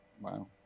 Wow